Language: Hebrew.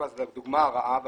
סיטיפס זה הדוגמה הרעה והשלילית.